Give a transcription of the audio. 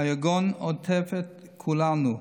היגון עוטף את כולנו,